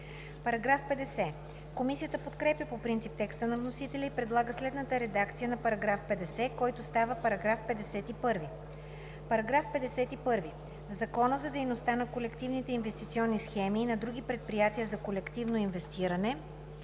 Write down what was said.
отхвърлен. Комисията подкрепя по принцип текста на вносителя и предлага следната редакция на § 50, който става § 51: „§ 51. В Закона за дейността на колективните инвестиционни схеми и на други предприятия за колективно инвестиране